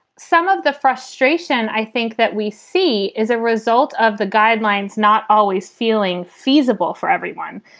some of the frustration i think that we see is a result of the guidelines, not always feeling feasible for everyone.